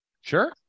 sure